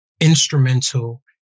instrumental